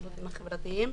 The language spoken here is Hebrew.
בבקשה.